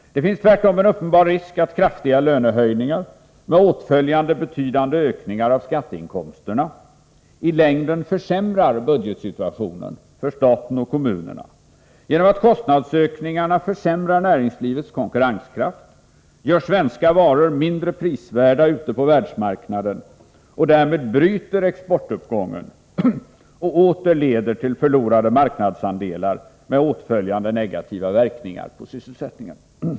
Det finns tvärtom en uppenbar risk att kraftiga lönehöjningar med åtföljande betydande ökningar av skatteinkomsterna i längden försämrar budgetsituationen för staten och kommunerna, genom att kostnadsökningarna försämrar näringslivets konkurrenskraft, gör svenska varor mindre prisvärda ute på världsmarknaden och därmed bryter exportuppgången och åter leder till förlorade marknadsandelar, med åtföljande negativa verkningar på sysselsättningen.